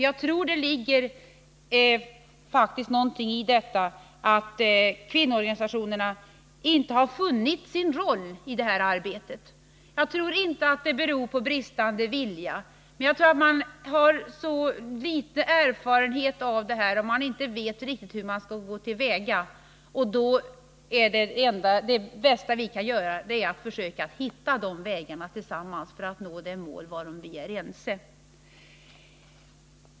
Jag tror faktiskt att kvinnoorganisationerna inte har funnit sin roll i det här arbetet. Det beror nog inte på brist på vilja, men man har kanske så liten erfarenhet att man inte riktigt vet hur man skall gå till väga. Det bästa som vi då kan göra är att tillsammans försöka hitta vägarna, så att vi kan nå de mål varom vi är ense.